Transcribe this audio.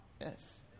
Yes